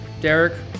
Derek